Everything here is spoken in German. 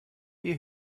ihr